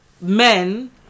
men